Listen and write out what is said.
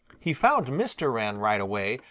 he found mr. wren right away,